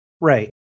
Right